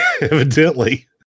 evidently